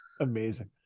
Amazing